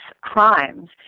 crimes